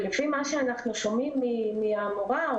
לפי מה שאנחנו שומעים מן המורה,